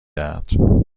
دهد